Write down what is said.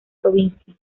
provincia